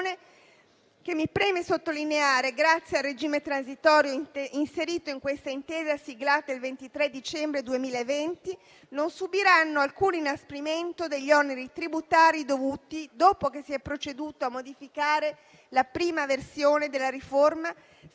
che, mi preme sottolineare, grazie al regime transitorio inserito nell'intesa siglata il 23 dicembre 2020, non subiranno alcun inasprimento degli oneri tributari dovuti, dopo che si è proceduto a modificare la prima versione della riforma